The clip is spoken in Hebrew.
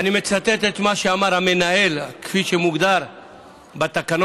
אני מצטט את מה שאמר המנהל כפי שמוגדר בתקנות,